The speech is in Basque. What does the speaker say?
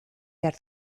behar